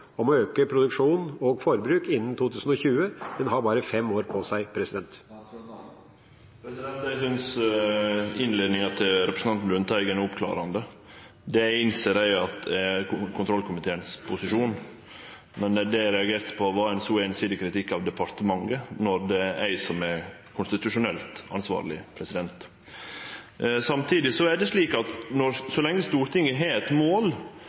om å øke produksjon og forbruk innen 2020 – en har bare fem år på seg? Eg synest innleiinga til representanten Lundteigen er oppklarande. Eg innser at det er kontrollkomiteens posisjon. Men det eg reagerte på, var ein så einsidig kritikk av departementet, når det er eg som er konstitusjonelt ansvarleg. Samtidig er det slik at så lenge Stortinget har eit mål